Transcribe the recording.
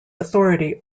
authority